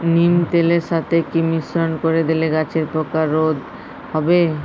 নিম তেলের সাথে কি মিশ্রণ করে দিলে গাছের পোকা রোধ হবে?